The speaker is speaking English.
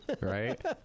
Right